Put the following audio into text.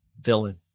villain